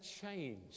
change